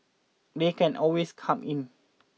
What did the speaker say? they can always come in